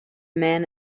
man